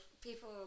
people